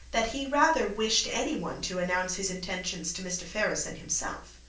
that he rather wished any one to announce his intentions to mr. ferrars than himself.